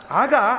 aga